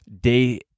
day